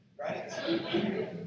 right